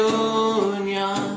union